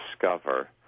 discover